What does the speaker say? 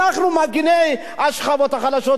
אנחנו מגיני השכבות החלשות.